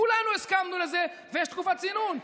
כולנו הסכמנו לזה, ויש תקופת צינון.